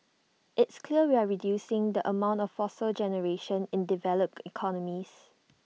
it's clear we're reducing the amount of fossil generation in developed economies